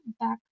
back